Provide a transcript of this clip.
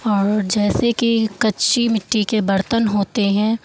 और जैसे कि कच्ची मिट्टी के बर्तन होते हैं